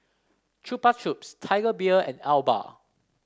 Chupa Chups Tiger Beer and Alba